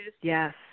Yes